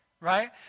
right